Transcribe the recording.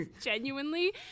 genuinely